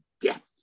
death